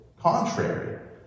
contrary